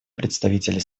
представители